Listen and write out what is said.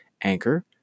Anchor